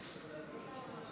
ההצבעה: